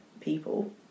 people